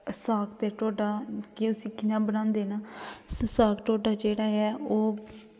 की साग ते ढोड्डा घ्यो च कियां बनांदे न उसी साग ते ढोड्डा जेह्ड़ा ऐ ओह्